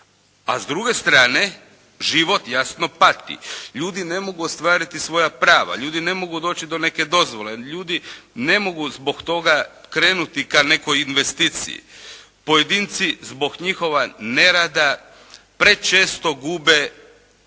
A s druge strane, život, jasno pati. Ljudi ne mogu ostvariti svoja prava, ljudi ne mogu doći do neke dozvole, ljudi ne mogu zbog toga krenuti ka nekoj investiciji. Pojedinci zbog njihova ne rada prečesto gube